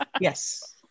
yes